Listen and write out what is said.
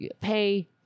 pay